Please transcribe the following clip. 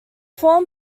formed